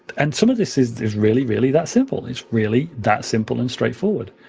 and some of this is is really really that simple. it's really that simple and straightforward.